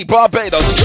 Barbados